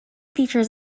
features